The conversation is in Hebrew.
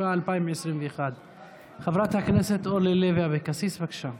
התשפ"א 2021. חברת הכנסת אורלי לוי אבקסיס, בבקשה.